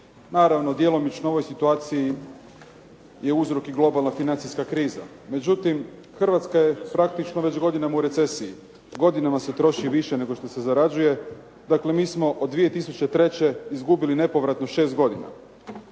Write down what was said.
Naravno, djelomično ovoj situaciji je uzrok i globalna financijska kriza. Međutim, Hrvatska je praktično već godinama u recesiji, godinama se troši više nego što se zarađuje. Dakle, mi smo od 2003. izgubili nepovratno 6 godina.